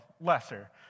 lesser